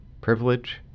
privilege